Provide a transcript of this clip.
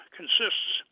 consists